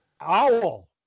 owl